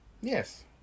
Yes